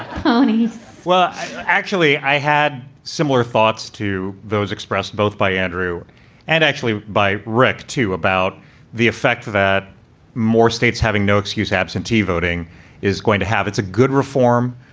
ponies fly actually, i had similar thoughts to those expressed both by andrew and actually by rick to about the effect that more states having no excuse absentee voting is going to have. it's a good reform,